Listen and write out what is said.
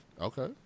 Okay